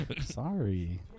Sorry